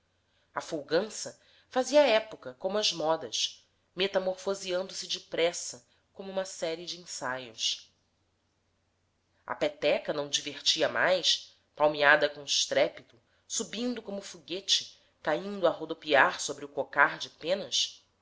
a folgança fazia época como as modas metamorfoseando se depressa como uma série de ensaios a peteca não divertia mais palmeada com estrépito subindo como foguete caindo a rodopiar sobre o cocar de penas